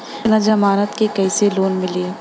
बिना जमानत क कइसे लोन मिली?